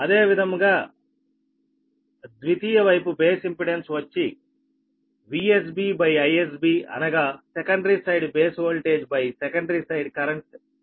అదేవిధంగా ద్వితీయ వైపు బేస్ ఇంపెడెన్స్ వచ్చి VsB IsB అనగా secondary side base voltage secondary side current base current